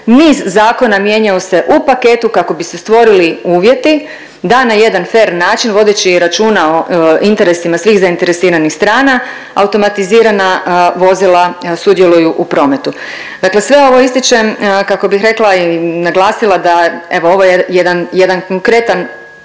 niz zakona mijenjaju se u paketu kako bi se stvorili uvjeti da na jedan fer način vodeći računa o interesima svih zainteresiranih strana automatizirana vozila sudjeluju u prometu. Dakle sve ovo ističem kako bih rekla i naglasila da evo ovo je jedan, jedan